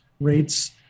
rates